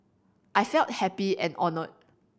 I felt happy and honoured